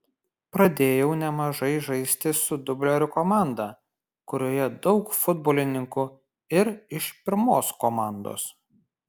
pradėjau nemažai žaisti su dublerių komanda kurioje daug futbolininkų ir iš pirmos komandos